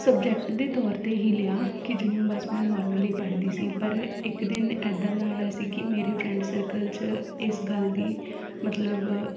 subject ਦੇ ਤੌਰ 'ਤੇ ਹੀ ਲਿਆ ਕਿ ਜਿਹਨੂੰ ਬਸ ਮੈਂ ਨੋਰਮਲੀ ਪੜ੍ਹਦੀ ਸੀ ਪਰ ਇੱਕ ਦਿਨ ਇੱਦਾਂ ਦਾ ਆਇਆ ਸੀ ਕਿ ਮੇਰੇ ਫਰੈਂਡ ਸਰਕਲ 'ਚ ਇਸ ਗੱਲ ਦੀ ਮਤਲਬ